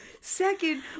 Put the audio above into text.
second